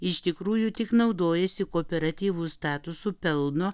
iš tikrųjų tik naudojasi kooperatyvų statusu pelno